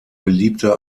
beliebte